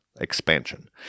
expansion